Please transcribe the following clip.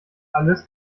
alles